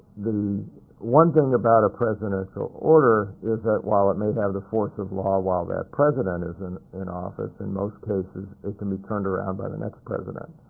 the one thing about a presidential order is that while it may have the force of law while that president is and in office, in most cases it can be turned around by the next president.